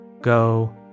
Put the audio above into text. Go